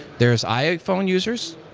there is iphone users,